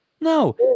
No